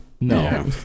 No